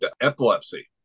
epilepsy